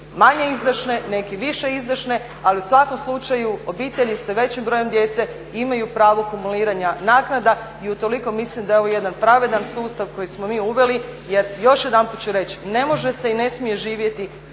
manje izdašne, neki više izdašne, ali u svakom slučaju obitelji sa većim brojem djece imaju pravo kumuliranja naknada i utoliko mislim da je ovo jedan pravedan sustav koji smo mi uveli. Jer još jedanput ću reći, ne može se i ne smije živjeti